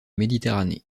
méditerranée